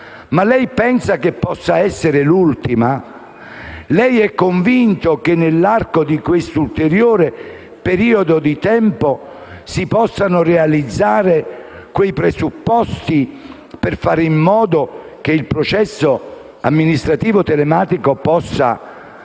e lei pensa che possa essere l'ultima? Lei è convinto che, nell'arco di questo ulteriore periodo di tempo, si possano realizzare quei presupposti per far in modo che il processo amministrativo telematico possa essere